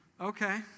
okay